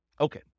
Okay